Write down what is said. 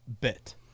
bit